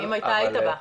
ואם הייתה היית בא.